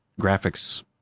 graphics